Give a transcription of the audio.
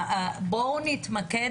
בואו נתמקד,